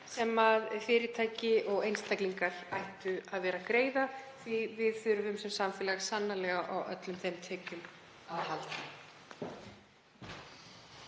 sem fyrirtæki og einstaklingar ættu að greiða því að við þurfum sem samfélag sannarlega á öllum þeim tekjum að halda.